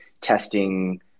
testing